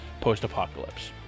post-apocalypse